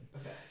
okay